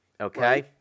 okay